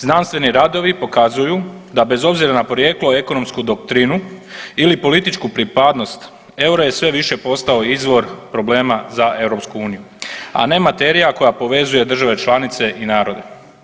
Znanstveni radovi pokazuju da bez obzira na podrijetlo i ekonomsku doktrinu ili političku pripadnost euro je sve više postao izvor problema za EU, a ne materija koja povezuje države članice i narode.